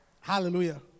Hallelujah